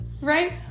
Right